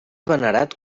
venerat